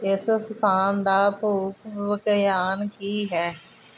ਇਸ ਸਥਾਨ ਦਾ ਭੂ ਵਿਗਿਆਨ ਕੀ ਹੈ